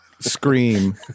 Scream